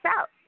out